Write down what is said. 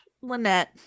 Lynette